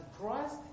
Christ